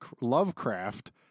Lovecraft